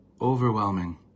overwhelming